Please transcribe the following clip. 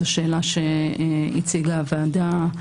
זו שאלה שהציגה הוועדה.